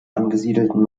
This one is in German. angesiedelten